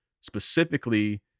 specifically